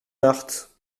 marthe